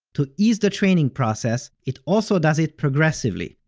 to ease the training process, it also does it progressively,